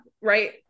right